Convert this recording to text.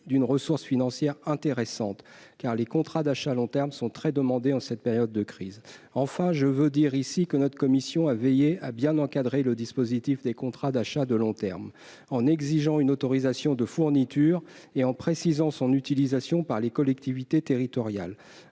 d'une ressource financière intéressante, car les contrats d'achat de long terme sont très demandés en cette période de crise. Notre commission- je tiens à le dire -a tenu à bien encadrer le dispositif des contrats d'achat de long terme. Nous avons exigé une autorisation de fourniture, en précisant son utilisation par les collectivités territoriales.